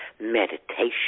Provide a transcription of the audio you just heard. Meditation